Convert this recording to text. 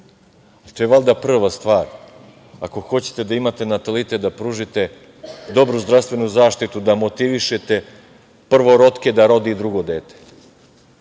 To je valjda prva stvar. Ako hoćete da imate natalitet, da pružite dobru zdravstvenu zaštitu, da motivišete prvorotke da rode i drugo dete.